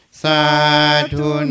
sadhu